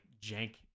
jank